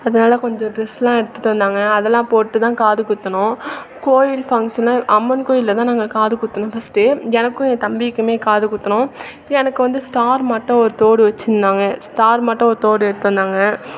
அதனால் கொஞ்சம் ட்ரெஸ்லாம் எடுத்து தந்தாங்க அதெல்லாம் போட்டு தான் காது குத்தினோம் கோவில் ஃபங்க்ஷன்னு அம்மன் கோவில்லதான் நாங்க காது குத்துனோம் ஃபஸ்ட்டே எனக்கும் என் தம்பிக்கும் காது குத்தினோம் எனக்கு வந்து ஸ்டார் மட்டும் ஒரு தோடு வெச்சிருந்தாங்க ஸ்டார் மட்டும் ஒரு தோடு எடுத்துருந்தாங்க